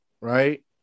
right